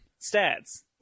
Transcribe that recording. stats